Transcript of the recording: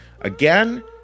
Again